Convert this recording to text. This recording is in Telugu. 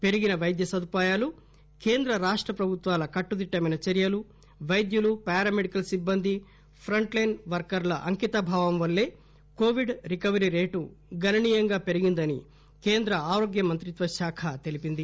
పెరిగిన వైద్య సదుపాయాలు కేంద్ర రాష్ట ప్రభుత్వాల కట్టుదిట్టమైన చర్యలు వైద్యులు పారామెడికల్ సిబ్బంది ప్రంట్ లైన్ వర్కర్ల అంకిత భావం వల్లే కొవిడ్ రికవరీ రేటు గణనీయంగా పెరిగిందని కేంద్ర ఆరోగ్య మంత్రిత్వ శాఖ తెలిపింది